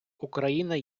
україна